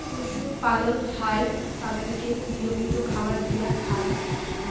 পশু পালল হ্যয় তাদেরকে লিয়মিত খাবার দিয়া হ্যয়